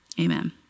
Amen